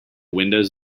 windows